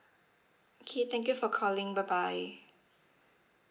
okay thank you for calling bye bye